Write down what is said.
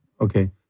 Okay